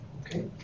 Okay